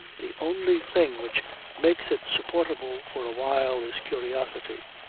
the only thing which makes it supportable for a while is curiosity.